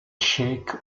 cheikh